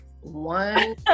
one